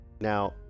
Now